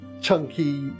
chunky